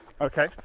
Okay